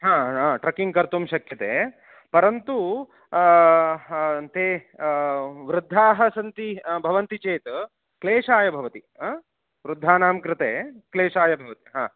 हा हा ट्रकिङ्ग् कर्तुं शक्यते परन्तु हा ते वृद्धाः सन्ति भवन्ति चेत् क्लेशाय भवति वृद्धानां कृते क्लेशाय भवति हा